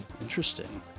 Interesting